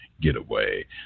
Getaway